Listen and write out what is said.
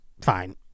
fine